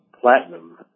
platinum